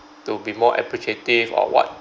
to be more appreciative or what